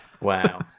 Wow